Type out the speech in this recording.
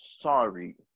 sorry